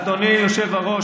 אדוני היושב-ראש,